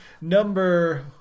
Number